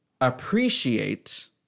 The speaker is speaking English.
appreciate